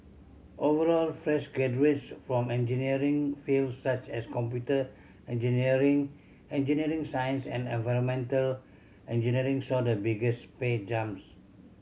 overall fresh graduates from engineering fields such as computer engineering engineering science and environmental engineering saw the biggest pay jumps